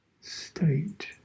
state